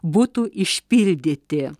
būtų išpildyti